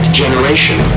generation